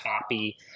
copy